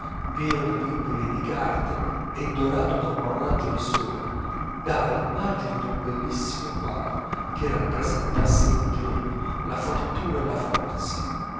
pieno di libri e di carte e dorato da un raggio di sole dava l'immagine d'un bellissimo quadro che rappresentasse l'ingegno la fortuna e la forza